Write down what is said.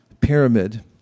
pyramid